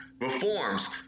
Reforms